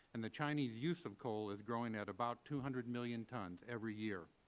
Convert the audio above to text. and the chinese use of coal is growing at about two hundred million tons every year.